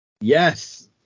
Yes